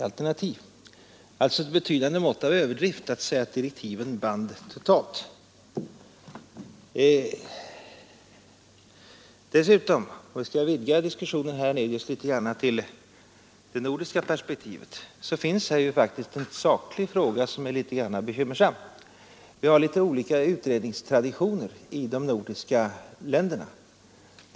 Det är sålunda ett betydande mått av överdrift att påstå att direktiven har varit totalt bindande. Dessutom — och här skall jag vidga diskussionen med herr Hernelius till det nordiska perspektivet — finns det faktiskt en saklig fråga som är rätt bekymmersam. Vi har litet olika utredningstraditioner i de nordiska länderna.